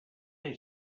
they